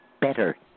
better